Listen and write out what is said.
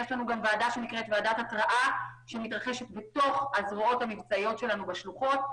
יש ועדה שנקראת ועדת התראה שמתרחשת בתוך הזרועות המבצעיות שלנו בשלוחות,